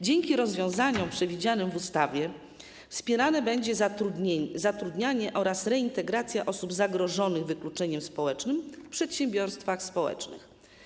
Dzięki rozwiązaniom przewidzianym w ustawie wspierane będzie zatrudnianie oraz reintegracja osób zagrożonych wykluczeniem społecznym w przedsiębiorstwach społecznych.